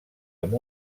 amb